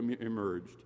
emerged